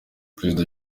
prezida